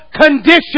condition